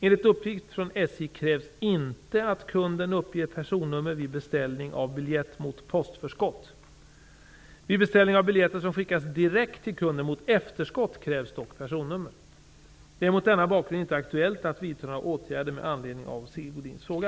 Enligt uppgift från SJ krävs inte att kunden uppger personnummer vid beställning av biljett mot postförskott. Vid beställning av biljetter som skickas direkt till kunden mot efterskott krävs dock personnummer. Det är mot denna bakgrund inte aktuellt att vidta några åtgärder med anledning av Sigge Godins fråga.